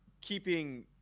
keeping